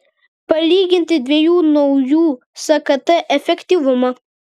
palyginti dviejų naujų skt efektyvumą